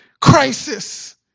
crisis